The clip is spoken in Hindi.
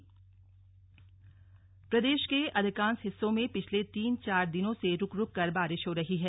मौसम प्रदेश के अधिकांश हिस्सों में पिछले तीन चार दिनों से रुक रुक कर बारिश हो रही है